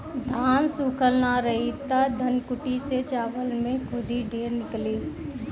धान सूखल ना रही त धनकुट्टी से चावल में खुद्दी ढेर निकली